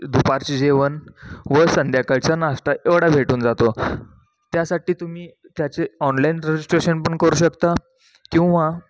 दुपारचे जेवण व संध्याकाळचा नाश्ता एवढा भेटून जातो त्यासाठी तुम्ही त्याचे ऑनलाईन रजिस्ट्रेशन पण करू शकता किंवा